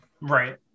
right